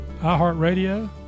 iHeartRadio